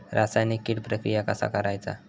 रासायनिक कीड प्रक्रिया कसा करायचा?